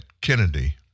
Kennedy